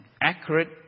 accurate